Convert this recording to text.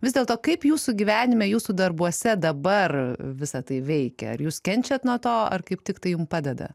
vis dėlto kaip jūsų gyvenime jūsų darbuose dabar visa tai veikia ar jūs kenčiat nuo to ar kaip tiktai jum padeda